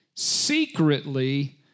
Secretly